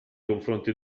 confronti